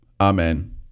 Amen